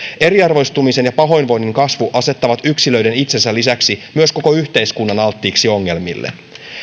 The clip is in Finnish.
eriarvoistumisen ja pahoinvoinnin kasvu asettaa yksilöiden itsensä lisäksi myös koko yhteiskunnan alttiiksi ongelmille